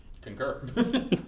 Concur